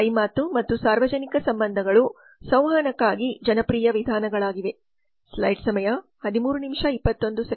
ಬಾಯಿ ಮಾತು ಮತ್ತು ಸಾರ್ವಜನಿಕ ಸಂಬಂಧಗಳು ಸಂವಹನಕ್ಕಾಗಿ ಜನಪ್ರಿಯ ವಿಧಾನಗಳಾಗಿವೆ